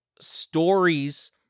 Stories